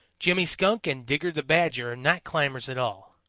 jimmy skunk and digger the badger are not climbers at all.